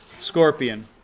scorpion